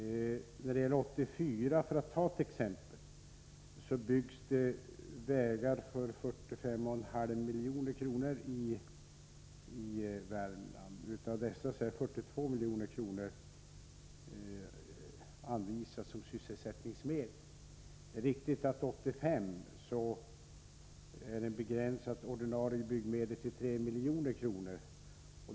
När det gäller 1984, för att ta ett exempel, byggs det vägar för 45,5 milj.kr. i Värmland. Av dessa pengar anvisas 42 milj.kr. som sysselsättningsmedel. Det är riktigt att de ordinarie byggmedlen för 1985 är begränsade till 3 milj.kr.